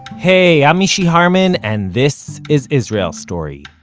hey, i'm mishy harman, and this is israel story.